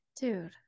Dude